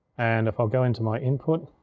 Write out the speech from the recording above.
and if i'll go into my input,